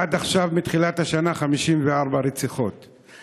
עד עכשיו מתחילת השנה, 54 רציחות.